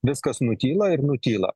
viskas nutyla ir nutyla